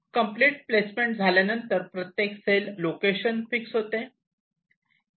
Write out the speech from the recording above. complete placement झाल्यानंतर प्रत्येक cell location fix होते